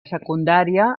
secundària